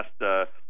last